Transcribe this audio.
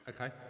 Okay